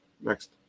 Next